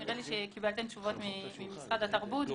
נראה לי שקיבלתם תשובות ממשרד התרבות.